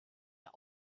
der